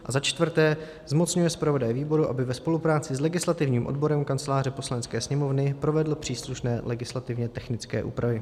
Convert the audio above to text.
IV. zmocňuje zpravodaje výboru, aby ve spolupráci s legislativním odborem Kanceláře Poslanecké sněmovny provedl příslušné legislativně technické úpravy.